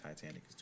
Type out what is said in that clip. Titanic